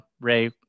Ray